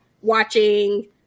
watching